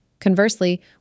Conversely